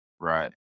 Right